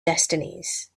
destinies